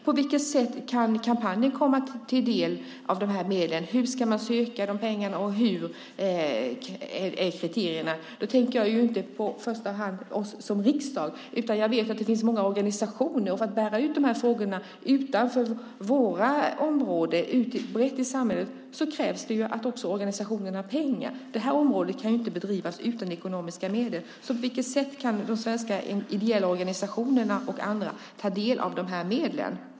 På vilket sätt kan dessa medel komma kampanjen till del, hur ska man söka dem, och vilka är kriterierna? Jag tänker inte i första hand på oss i riksdagen utan på olika organisationer. För att de ska kunna föra ut de här frågorna i samhället krävs att organisationerna också har pengar. Frågorna kan inte drivas utan ekonomiska medel. På vilket sätt kan de ideella organisationerna och andra få del av medlen?